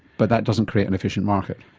but that doesn't create an efficient market.